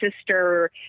sister